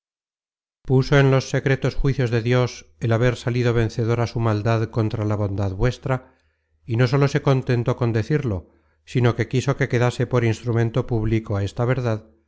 puso en los secretos juicios de dios el haber salido vencedora su maldad contra la bondad vuestra y no sólo se contentó con decirlo sino que quiso que quedase por instrumento público esta verdad